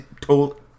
told